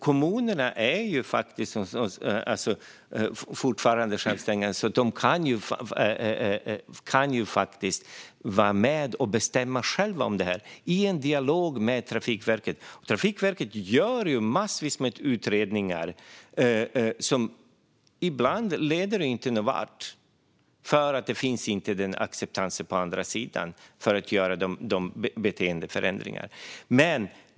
Kommunerna är fortfarande självständiga och kan faktiskt själva bestämma över detta i dialog med Trafikverket. Trafikverket gör massor av utredningar. Ibland leder de ingenvart, då det inte finns någon acceptans på den andra sidan att göra beteendeförändringar.